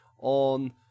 on